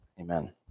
Amen